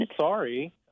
sorry